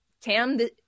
Tam